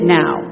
now